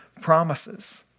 promises